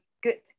good